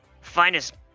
Finest